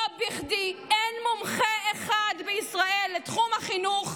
לא בכדי אין מומחה אחד בישראל לתחום החינוך,